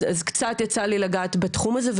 אז יצא לי קצת לגעת בתחום הזה.